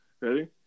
Ready